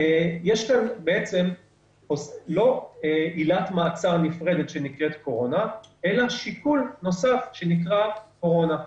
אין כאן עילת מעצר נפרדת שנקראת קורונה אלא שיקול נוסף שנקרא קורונה,